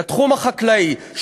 לתחום החקלאי,